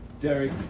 Derek